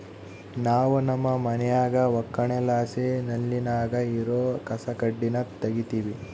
ನಾವು ನಮ್ಮ ಮನ್ಯಾಗ ಒಕ್ಕಣೆಲಾಸಿ ನೆಲ್ಲಿನಾಗ ಇರೋ ಕಸಕಡ್ಡಿನ ತಗೀತಿವಿ